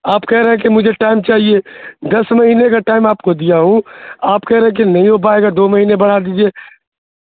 آپ کہہ رہے ہیں کہ مجھے ٹائم چاہیے دس مہینے کا ٹائم آپ کو دیا ہوں آپ کہہ رہے ہیں کہ نہیں ہو پائے گا دو مہینے بڑا دیجیے